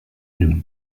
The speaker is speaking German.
nimmt